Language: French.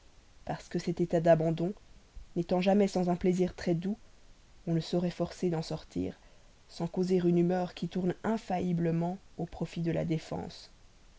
parce que cet état d'abandon n'étant jamais sans un plaisir très doux on ne saurait forcer d'en sortir sans causer une humeur qui tourne infailliblement au profit de la défense